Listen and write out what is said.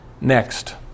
Next